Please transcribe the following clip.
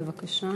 בבקשה.